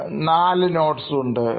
4 Notes ഉണ്ട്